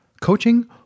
coaching